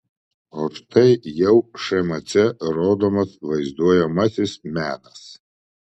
o štai jau šmc rodomas vaizduojamasis menas